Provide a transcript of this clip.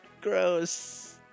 Gross